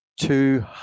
two